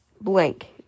blank